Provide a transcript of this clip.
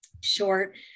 Short